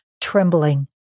trembling